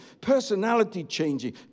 personality-changing